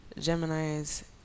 Gemini's